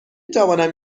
توانم